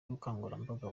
ubukangurambaga